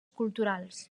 culturals